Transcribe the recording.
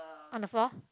on the floor